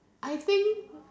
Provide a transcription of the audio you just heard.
I think